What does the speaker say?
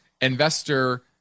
investor